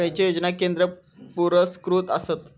खैचे योजना केंद्र पुरस्कृत आसत?